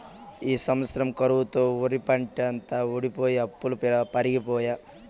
ఈ సంవత్సరం కరువుతో ఒరిపంటంతా వోడిపోయె అప్పులు పెరిగిపాయె